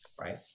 right